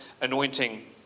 anointing